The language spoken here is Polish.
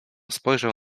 spojrzał